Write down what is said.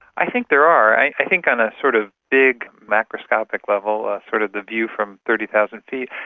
i think there are. i i think on a sort of big macroscopic level, ah sort of the view from thirty thousand feet,